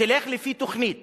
תלך לפי תוכנית